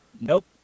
Nope